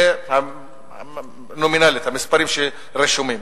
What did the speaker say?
זה נומינלית, המספרים שרשומים.